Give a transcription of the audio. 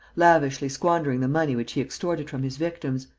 lavishly squandering the money which he extorted from his victims,